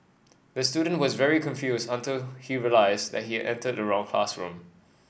the student was very confused until he realised and he entered the wrong classroom